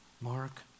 Mark